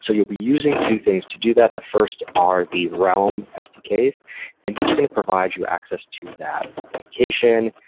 so you'll be using two things to do that. the first are the realm sdks and these are going to provide you access to that authentication,